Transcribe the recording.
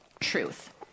truth